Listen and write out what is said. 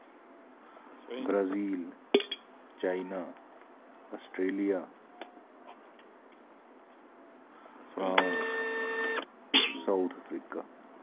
Brazil China Australia France South Africa